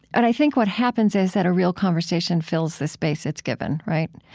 and i think what happens is that a real conversation fills the space it's given, right?